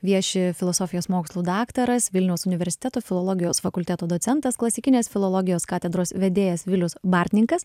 vieši filosofijos mokslų daktaras vilniaus universiteto filologijos fakulteto docentas klasikinės filologijos katedros vedėjas vilius bartninkas